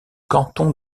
canton